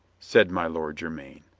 said my lord jermyn.